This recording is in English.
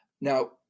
Now